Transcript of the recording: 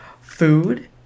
food